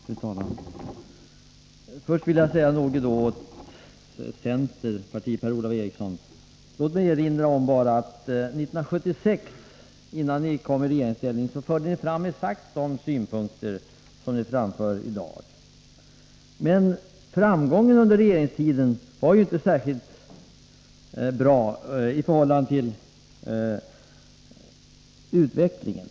Fru talman! Först vill jag erinra centerpartisten Per-Ola Eriksson om att ni 1976, innan ni kom i regeringsställning, förde fram exakt samma synpunkter som ni framför i dag. Men framgången under regeringstiden var ju inte särskilt stor i förhållande till utvecklingen.